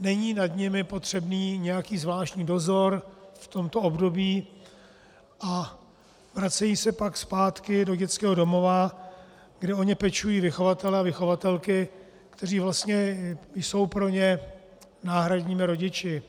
není nad nimi potřebný nějaký zvláštní dozor v tomto období, a vracejí se pak zpátky do dětského domova, kde o ně pečují vychovatelé a vychovatelky, kteří vlastně jsou pro ně náhradními rodiči.